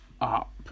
up